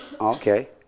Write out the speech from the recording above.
Okay